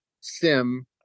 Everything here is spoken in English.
Sim